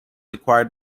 acquired